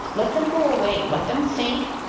let them go away. let them think.